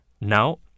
Now